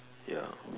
ya